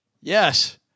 Yes